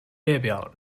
列表